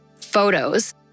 photos